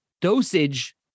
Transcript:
dosage